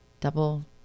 double